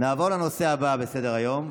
נעבור לנושא הבא בסדר-היום,